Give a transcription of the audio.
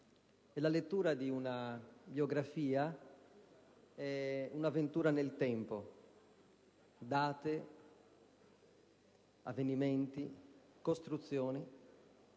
e la lettura di una biografia è un'avventura nel tempo: date, avvenimenti, costruzioni.